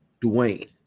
Dwayne